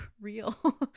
real